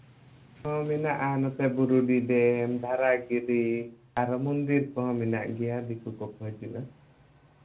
ᱦᱚᱸ ᱢᱮᱱᱟᱜᱼᱟ ᱱᱚᱛᱮ ᱵᱩᱨᱩᱰᱤ ᱰᱮᱢ ᱫᱷᱟᱨᱟ ᱜᱤᱨᱤ ᱟᱨᱦᱚᱸ ᱢᱚᱱᱫᱤᱨ ᱠᱚᱦᱚᱸ ᱢᱮᱱᱟᱜ ᱜᱮᱭᱟ ᱫᱤᱠᱩ ᱠᱚᱠᱚ ᱦᱤᱡᱩᱜᱼᱟ